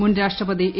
മുൻ രാഷ്ട്രപതി എ